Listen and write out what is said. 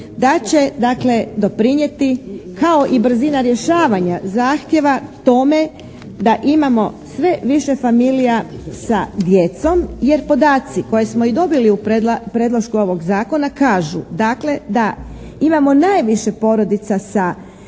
dakle doprinijeti kao i brzina rješavanja zahtjeva tome da imamo sve više familija sa djecom jer podaci koje smo i dobili u predlošku ovog zakona kažu dakle da imamo najviše porodica sa dvoje